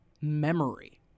memory